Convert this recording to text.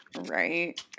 Right